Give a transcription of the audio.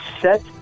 set